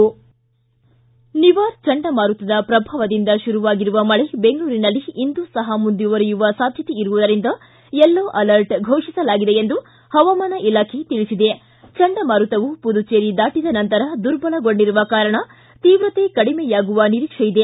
ನಿವಾರ್ ಚಂಡಮಾರುತದ ಪ್ರಭಾವದಿಂದ ಶುರುವಾಗಿರುವ ಮಳೆ ಬೆಂಗಳೂರಿನಲ್ಲಿ ಇಂದೂ ಸಹ ಮುಂದುವರಿಯುವ ಸಾಧ್ಜತೆ ಇರುವುದರಿಂದ ಯೆಲ್ಲೊ ಅಲರ್ಟ್ ಘೋಷಿಸಲಾಗಿದೆ ಎಂದು ಪವಾಮಾನ ಇಲಾಖೆ ತಿಳಿಸಿದೆ ಚಂಡಮಾರುತವು ಪುದುಚೇರಿ ದಾಟಿದ ನಂತದ ದುರ್ಬಲಗೊಂಡಿರುವ ಕಾರಣ ತೀವ್ರತೆ ಕಡಿಯಾಗುವ ನಿರೀಕ್ಷೆ ಇದೆ